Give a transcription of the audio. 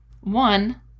one